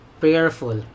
prayerful